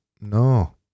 no